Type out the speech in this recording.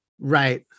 Right